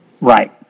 right